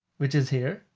which is here.